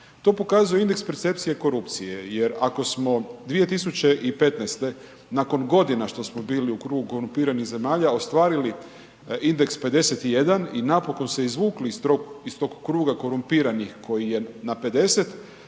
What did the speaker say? To pokazuje indeks percepcije korupcije. Jer ako smo 2015. nakon godina što smo bili u krugu korumpiranih zemalja ostvarili indeks 51 i napokon se izvukli iz tog kruga korumpiranih koji je na 50,